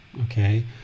okay